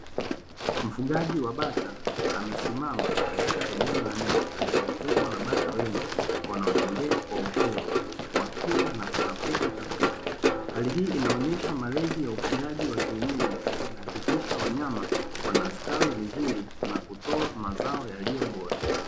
Mfugaji wa bata katika eneo la nje akizungukwa na bata wengi, wanaotembea kwa uhuru wa kila na kutafuta chakula. Hali hii inaonyesha malezi ya ufugaji wa ki kisha wanyama wanastawi vizuri na kutoa mazao yaliyo bora.